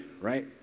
right